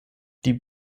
die